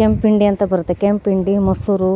ಕೆಂಪು ಇಂಡಿ ಅಂತ ಬರುತ್ತೆ ಕೆಂಪು ಇಂಡಿ ಮೊಸರು